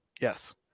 Yes